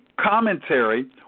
commentary